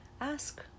ask